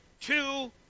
two